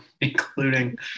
including –